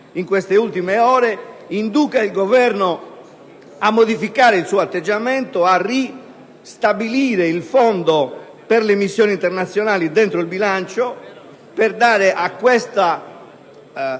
in queste ultime ore, induca il Governo a modificare il suo atteggiamento e a ristabilire il Fondo per le missioni internazionali nel bilancio, per dare a queste